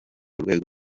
urwego